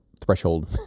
threshold